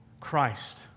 Christ